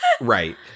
Right